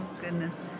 goodness